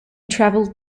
travelled